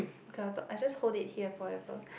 okay i'll talk I just hold it here forever